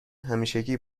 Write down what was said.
همیشگی